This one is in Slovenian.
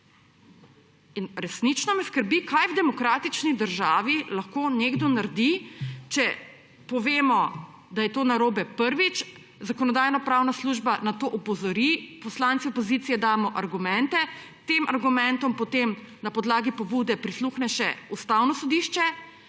Resnično me skrbi, kaj v demokratični državi lahko nekdo naredi, če povemo, da je to narobe, prvič, Zakonodajno-pravna služba na to opozori, poslanci opozicije damo argumente, tem argumentom potem na podlagi pobude prisluhne še Ustavno sodišče,